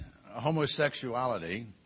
homosexuality